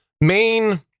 main